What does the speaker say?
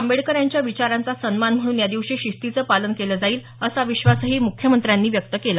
आंबेडकर यांच्या विचारांचा सन्मान म्हणून या दिवशी शिस्तीचं पालन केलं जाईल असा विश्वासही मुख्यमंत्र्यांनी व्यक्त केला